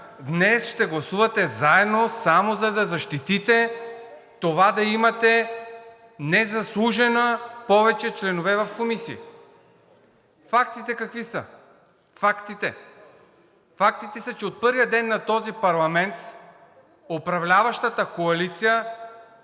Днес ще гласувате заедно само за да защитите това да имате незаслужено повече членове в комисиите. Фактите какви са? Фактите?! Фактите са, че от първия ден на този парламент управляващата коалиция